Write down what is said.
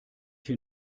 hier